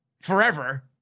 forever